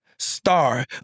star